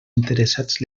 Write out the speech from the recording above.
interessats